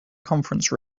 conference